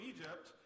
Egypt